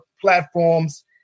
platforms